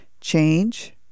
Change